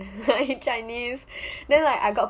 I hate chinese then like I got